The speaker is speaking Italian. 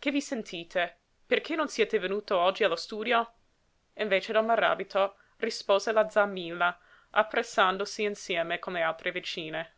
che vi sentite perché non siete venuto oggi allo studio invece del maràbito rispose la z'a milla appressandosi insieme con le altre vicine